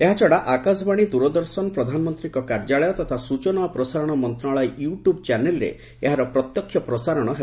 ଏହାଛଡ଼ା ଆକାଶବାଣୀ ଦୂରଦର୍ଶନ ପ୍ରଧାନମନ୍ତ୍ରୀଙ୍କ କାର୍ଯ୍ୟାଳୟ ତଥା ସ୍ଚଚନା ଓ ପ୍ରସାରଣ ମନ୍ତ୍ରଣାଳୟ ୟୁ ଟ୍ୟୁବ୍ ଚ୍ୟାନେଲ୍ରେ ଏହାର ପ୍ରତ୍ୟକ୍ଷ ପ୍ରସାରଣ ମଧ୍ୟ ହେବ